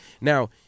now